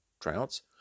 droughts